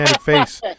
face